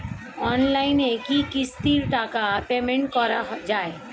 অনলাইনে কি কিস্তির টাকা পেমেন্ট করা যায়?